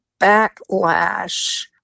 backlash